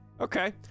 Okay